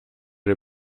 der